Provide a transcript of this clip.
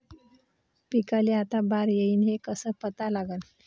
पिकाले आता बार येईन हे कसं पता लागन?